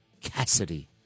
Cassidy